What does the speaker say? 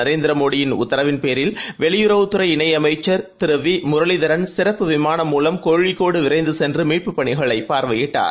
நரேந்திர மோடியின் உத்தரவின் பேரில் வெளியுறவுத் துறை இனை அமைச்சர் வி முரளிதரன் சிறப்பு விமானம் மூலம் கோழிக்கோடு விரைந்து சென்று மீட்பு பணிகளை பார்வையிட்டார்